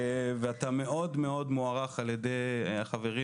אתה מאוד מאוד מוערך על ידי החברים,